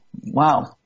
Wow